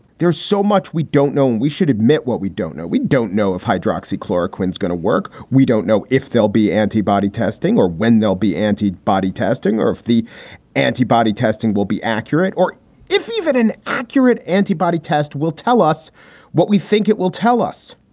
there's so much we don't know. and we should admit what we don't know. we don't know if hydroxy chloroquine chloroquine is going to work. we don't know if they'll be antibody testing or when they'll be antibody testing or if the antibody testing will be accurate or if even an accurate antibody test will tell us what we think it will tell us.